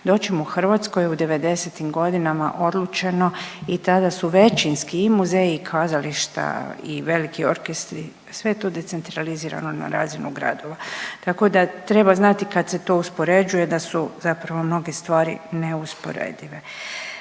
dočim u Hrvatskoj u 90-im godinama odlučeno i tada su većinski i muzeji i kazališta i veliki orkestri, sve je to decentralizirano na razinu gradova. Tako da, treba znati kad se to uspoređuje da su zapravo mnoge stvari neusporedive.